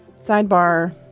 Sidebar